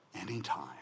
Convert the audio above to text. anytime